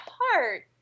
heart